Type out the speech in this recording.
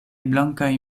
blankaj